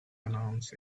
announce